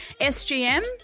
SGM